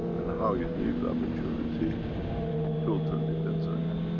and how you live that maturity totally depends on you.